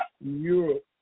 Europe